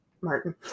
Martin